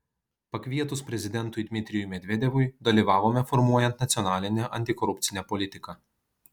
pakvietus prezidentui dmitrijui medvedevui dalyvavome formuojant nacionalinę antikorupcinę politiką